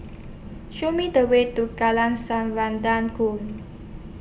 Show Me The Way to Ku